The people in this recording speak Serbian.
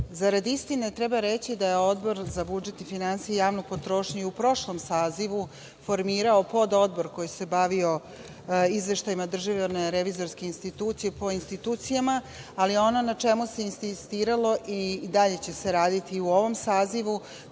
zarad istine, treba reći da je Odbor za budžet i finansije i javnu potrošnju u prošlom sazivu formirao pododbor koji se bavio izveštajima DRI po institucijama, ali ono na čemu se insistiralo, i dalje će se raditi u ovom sazivu,